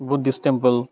Buddhist temple